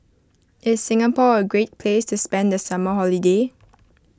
is Singapore a great place to spend the summer holiday